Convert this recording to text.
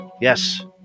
Yes